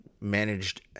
managed